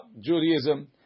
Judaism